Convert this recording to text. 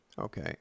Okay